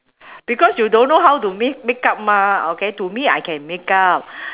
because you don't know how to make makeup mah okay to me I can makeup